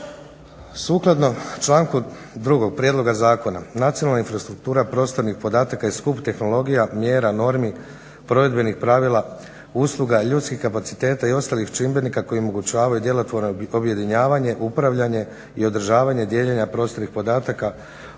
Sukladno članku 2.prijedloga zakona nacionalna infrastrukturnih podataka i skup tehnologija, mjera, normi, provedbenih pravila, usluga, ljudskih kapaciteta i ostalih čimbenika koji omogućavaju djelotvorno objedinjavanje, upravljanje i održavanje dijeljenja prostornih podataka